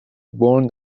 born